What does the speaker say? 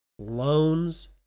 Loans